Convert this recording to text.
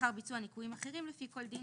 לאחר ביצוע ניכויים אחרים לפי כל דין,